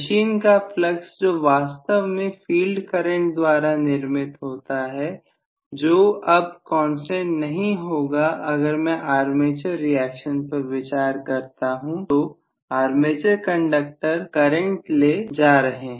machine का flux जो वास्तव में फील्ड करंट द्वारा निर्मित होता है जो अब कांस्टेंट नहीं होगा अगर मैं आर्मेचर रिएक्शन पर विचार करता हूं तो आर्मेचर कंडक्टर करंट ले जा रहे हैं